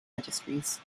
registries